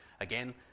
Again